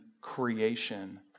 creation